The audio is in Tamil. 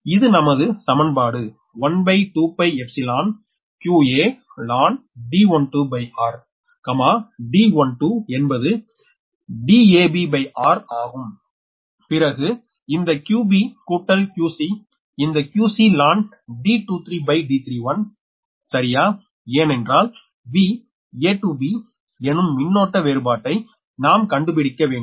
இது நமது சமன்பாடு 12qaln D12r D12 என்பது Dabrஆகும் பிறகு இந்த 𝑞𝑏 கூட்டல் 𝑞𝑐 இந்த 𝑞𝑐𝑙n D23D31 சரியா ஏனென்றால் V a to b எனும் மின்னோட்ட வேறுபாட்டை நாம் கண்டுபிடிக்க வேண்டும்